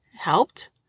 helped